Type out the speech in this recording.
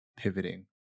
pivoting